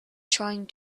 trying